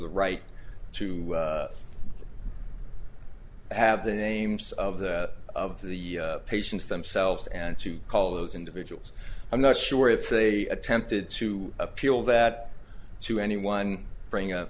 the right to have the names of the of the patients themselves and to call those individuals i'm not sure if they attempted to appeal that to anyone bring